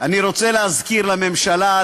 אני רוצה להזכיר לממשלה,